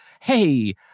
hey